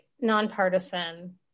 nonpartisan